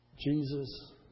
Jesus